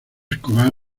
escobar